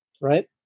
right